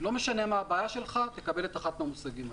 לא משנה מה הבעיה שלך תקבל אחת מאלה.